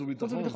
חוץ וביטחון.